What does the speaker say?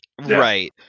Right